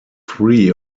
three